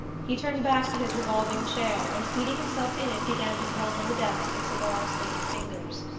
he turned back to his revolving chair, and seating himself in it began to drum on the desk with cigar-stained fingers.